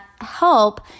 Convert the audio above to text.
help